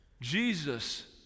Jesus